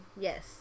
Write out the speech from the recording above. Yes